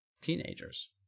teenagers